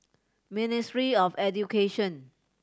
Ministry of Education